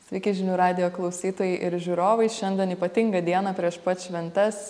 sveiki žinių radijo klausytojai ir žiūrovai šiandien ypatingą dieną prieš pat šventes